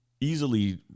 easily